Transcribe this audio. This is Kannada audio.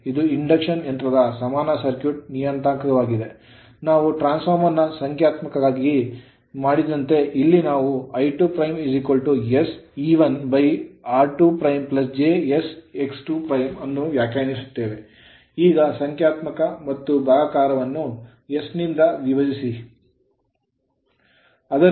ಇದು ಇಂಡಕ್ಷನ್ ಯಂತ್ರದ ಸಮಾನ ಸರ್ಕ್ಯೂಟ್ ನಿಯತಾಂಕವಾಗಿದೆ ನಾವು ಟ್ರಾನ್ಸ್ ಫಾರ್ಮರ್ ಸಂಖ್ಯಾತ್ಮಕಕ್ಕಾಗಿ ಮಾಡಿದಂತೆ ಇಲ್ಲಿ ನಾವು I2' SE1 r2' j S X 2' ಅನ್ನು ವ್ಯಾಖ್ಯಾನಿಸುತ್ತೇವೆ ಈಗ ಸಂಖ್ಯಾತ್ಮಕ ಮತ್ತು ಭಾಗಾಕಾರವನ್ನು s ನಿಂದ ವಿಭಜಿಸುತ್ತೇವೆ